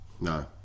No